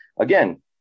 again